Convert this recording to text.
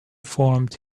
formed